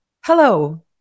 hello